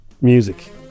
music